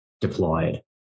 deployed